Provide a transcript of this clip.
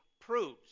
proves